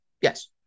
Yes